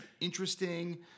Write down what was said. interesting